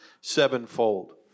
sevenfold